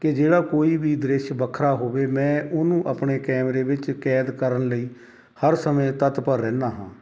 ਕਿ ਜਿਹੜਾ ਕੋਈ ਵੀ ਦ੍ਰਿਸ਼ ਵੱਖਰਾ ਹੋਵੇ ਮੈਂ ਉਹਨੂੰ ਆਪਣੇ ਕੈਮਰੇ ਵਿੱਚ ਕੈਦ ਕਰਨ ਲਈ ਹਰ ਸਮੇਂ ਤੱਤਪਰ ਰਹਿੰਦਾ ਹਾਂ